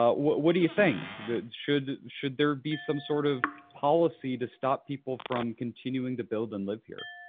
ah what what do you think? should should there be some sort of policy to stop people from continuing to build and live here?